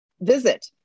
visit